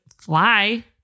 fly